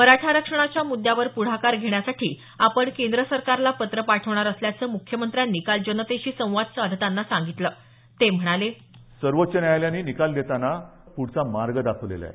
मराठा आरक्षणाच्या मुद्द्यावर पुढाकार घेण्यासाठी आपण केंद्र सरकारला पत्र पाठवणार असल्याचं मुख्यमंत्र्यांनी काल जनतेशी संवाद साधताना सांगितलं ते म्हणाले सर्वोच्च न्यायालयाने निकाल देतांना पुढचा मार्ग दाखवलेला आहे